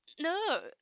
no